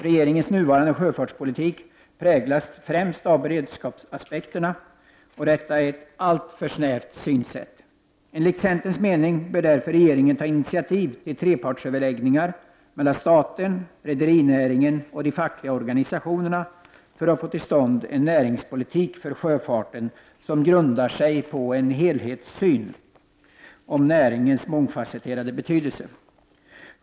Regeringens nuvarande sjöfartspolitik präglas främst av beredskapsaspekterna. Detta är ett alltför snävt synsätt. Enligt centerns mening bör därför regeringen ta initiativ till trepartsöverläggningar mellan staten, rederinäringen och de fackliga organisationerna för att få till stånd en näringspolitik för sjöfarten som grundar sig på en helhetssyn om näringens mångfasetterade betydelse.